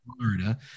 Florida